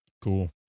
cool